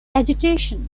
agitation